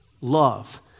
love